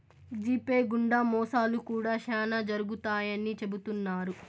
GPay గుండా మోసాలు కూడా శ్యానా జరుగుతాయని చెబుతున్నారు